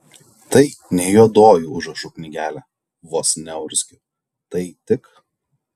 tai ne juodoji užrašų knygelė vos neurzgiu tai tik